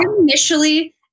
Initially